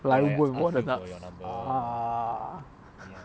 来问我的 ah